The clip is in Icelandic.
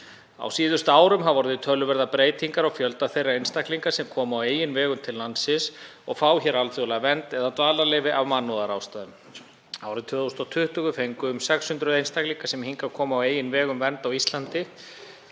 Á síðustu árum hafa orðið töluverðar breytingar á fjölda þeirra einstaklinga sem koma á eigin vegum til landsins og fá hér alþjóðlega vernd eða dvalarleyfi af mannúðarástæðum. Árið 2020 fengu um 630 einstaklingar sem hingað komu á eigin vegum vernd á Íslandi